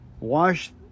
wash